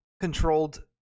controlled